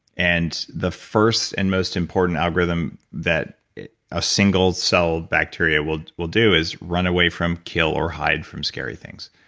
and the first and most important algorithm that a single celled bacteria will will do is run away from kill or hide from scary things.